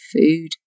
food